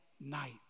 night